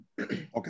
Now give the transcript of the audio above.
Okay